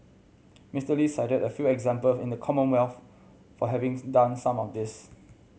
Mister Lee cited a few example in the Commonwealth for having's done some of this